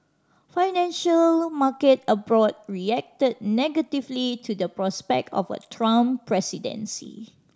financial market abroad reacted negatively to the prospect of a Trump presidency